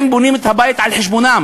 הם בונים את הבית על חשבונם.